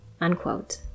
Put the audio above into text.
unquote